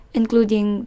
including